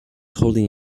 holding